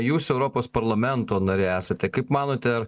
jūs europos parlamento nariai esate kaip manote ar